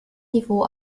niveau